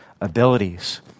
abilities